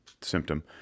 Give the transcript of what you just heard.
symptom